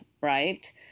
right